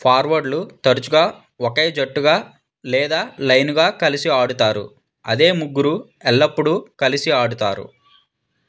ఫార్వర్డ్లు తరచుగా ఒకే జట్టుగా లేదా లైనుగా కలిసి ఆడుతారు అదే ముగ్గురు ఎల్లప్పుడూ కలిసి ఆడుతారు